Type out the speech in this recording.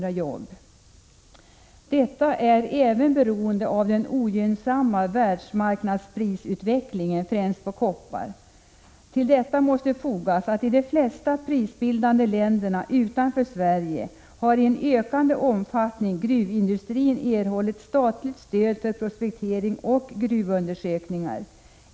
31 Detta är även beroende av den ogynnsamma världsmarknadsprisutveck 10 november 1986 lingen, främst på koppar. Till detta måste fogas att i de flesta prisbildande länderna utanför Sverige har i en ökande omfattning gruvindustrin erhållit statligt stöd för prospektering och gruvundersökningar.